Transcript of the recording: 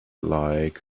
like